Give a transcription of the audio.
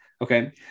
Okay